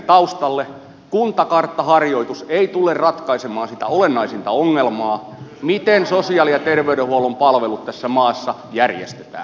kuntakarttaharjoitus ei tule ratkaisemaan sitä olennaisinta ongelmaa miten sosiaali ja terveydenhuollon palvelut tässä maassa järjestetään